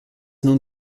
nun